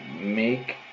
make